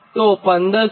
તો 1507